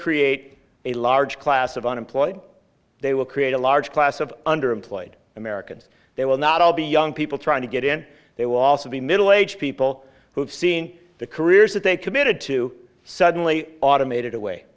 create a large class of unemployed they will create a large class of underemployed americans they will not all be young people trying to get in they will also be middle aged people who have seen the careers that they committed to suddenly automated away